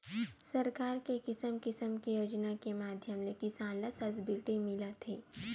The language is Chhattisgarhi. सरकार के किसम किसम के योजना के माधियम ले किसान ल सब्सिडी मिलत हे